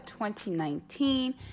2019